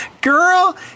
Girl